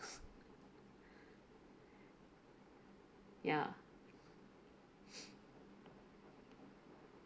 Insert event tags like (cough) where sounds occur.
(breath) ya (breath)